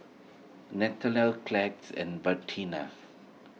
Nathanael and Bertina